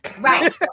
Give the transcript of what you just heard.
Right